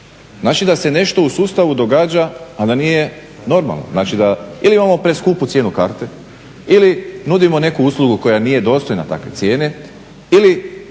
Znači da se nešto u sustavu događa, a da nije normalno. Ili imamo preskupu cijenu karte ili nudimo neku uslugu koja nije dostojna takve cijene ili